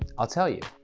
i'll tell you,